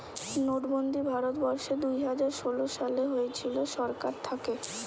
নোটবন্দি ভারত বর্ষে দুইহাজার ষোলো সালে হয়েছিল সরকার থাকে